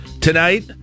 Tonight